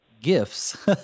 gifts